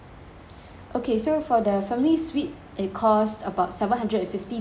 okay so for the family suite it cost about seven hundred and fifty dollars